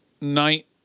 night